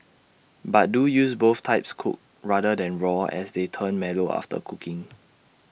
but do use both types cooked rather than raw as they turn mellow after cooking